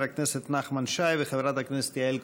הכנסת נחמן שי וחברת הכנסת יעל כהן-פארן.